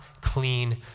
clean